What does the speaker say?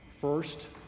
First